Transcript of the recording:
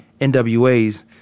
NWAs